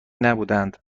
نبودهاند